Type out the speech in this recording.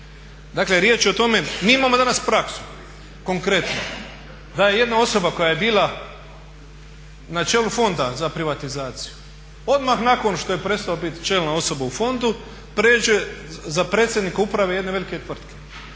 Dakle riječ je o tome, mi imamo danas praksu. Konkretno, da je jedna osoba koja je bila na čelu Fonda za privatizaciju odmah nakon što je prestao biti čelna osoba u fondu pređe za predsjednika uprave jedne velike tvrtke.